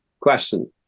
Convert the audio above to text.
question